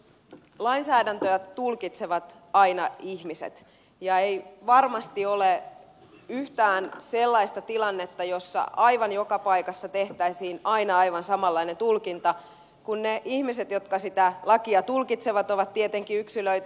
lainsäädäntöä tulkitsevat aina ihmiset ja ei varmasti ole yhtään sellaista tilannetta jossa aivan joka paikassa tehtäisiin aina aivan samanlainen tulkinta kun ne ihmiset jotka sitä lakia tulkitsevat ovat tietenkin yksilöitä